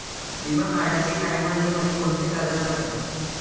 बिमा काढाचे टायमाले मले कोंते कागद लागन?